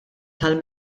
tal